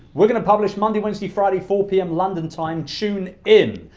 we're gonna publish monday, wednesday, friday, four p m. london time, tune in.